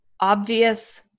obvious